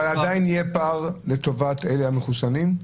עדיין יהיה פער לטובת המחוסנים?